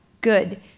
Good